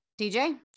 DJ